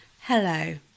Hello